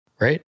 Right